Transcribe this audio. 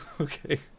Okay